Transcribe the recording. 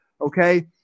Okay